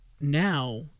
now